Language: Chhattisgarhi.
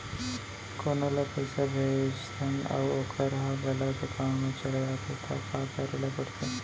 कोनो ला पइसा भेजथन अऊ वोकर ह गलत एकाउंट में चले जथे त का करे ला पड़थे?